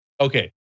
Okay